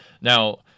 Now